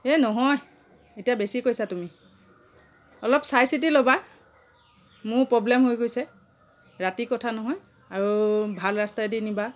এহ নহয় এতিয়া বেছি কৈছা তুমি অলপ চাই চিতি ল'বা মোৰ প্ৰব্লেম হৈ গৈছে ৰাতি কথা নহয় আৰু ভাল ৰাস্তাইদি নিবা